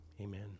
Amen